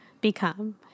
become